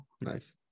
Nice